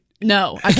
no